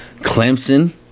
Clemson